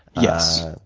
yes,